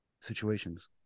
situations